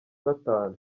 gatanu